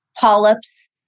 polyps